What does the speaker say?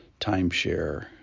timeshare